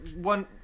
one